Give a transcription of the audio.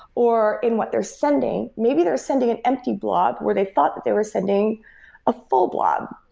or in what they're sending. maybe they're sending an empty blog where they thought that they were sending a full blog.